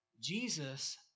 Jesus